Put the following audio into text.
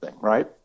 right